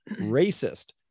racist